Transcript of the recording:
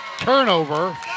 Turnover